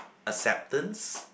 acceptance